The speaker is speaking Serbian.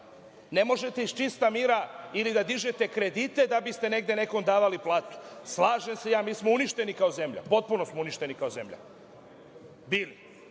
Ne možete iz čista mira ili da dižete kredite da biste negde nekom davali platu. Slažem se ja, mi smo uništeni kao zemlja, potpuno smo uništeni kao zemlja bili,